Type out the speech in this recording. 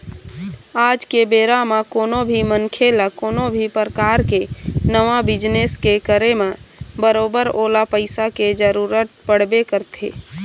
आज के बेरा म कोनो भी मनखे ल कोनो भी परकार के नवा बिजनेस के करे म बरोबर ओला पइसा के जरुरत पड़बे करथे